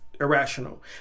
irrational